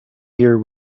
here